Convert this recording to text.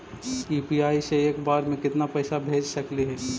UPI से एक बार मे केतना पैसा भेज सकली हे?